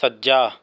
ਸੱਜਾ